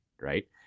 right